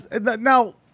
now –